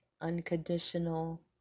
unconditional